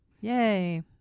Yay